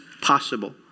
possible